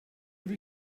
have